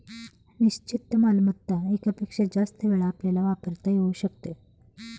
निश्चित मालमत्ता एकापेक्षा जास्त वेळा आपल्याला वापरता येऊ शकते